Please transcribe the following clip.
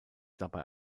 dabei